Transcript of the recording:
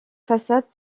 façades